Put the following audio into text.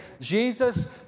Jesus